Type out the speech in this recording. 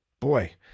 Boy